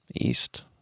East